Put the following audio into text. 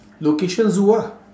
location zoo ah